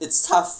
it's tough